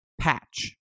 patch